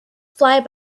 fly